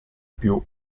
più